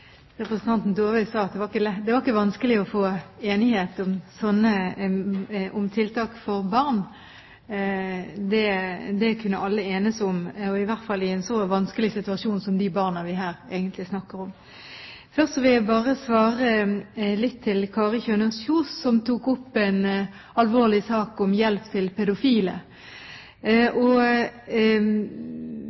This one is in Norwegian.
representanten Dåvøy sa, ikke vanskelig å få til enighet om tiltak for barn. Det kunne alle enes om, i hvert fall for de barna som er i en så vanskelig situasjon som det vi her egentlig snakker om. Først vil jeg svare Kari Kjønaas Kjos, som tok opp en alvorlig sak om hjelp til pedofile.